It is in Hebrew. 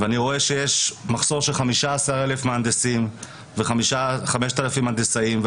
אני רואה שיש מחסור של 15,000 מהנדסים ו-5,000 הנדסאים,